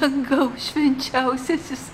dangau švenčiausiasis